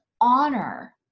honor